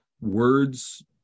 words